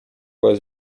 was